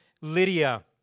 Lydia